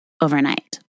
overnight